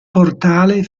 portale